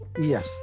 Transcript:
Yes